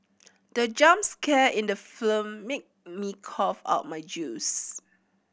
the jump scare in the film made me cough out my juice